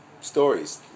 stories